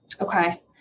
Okay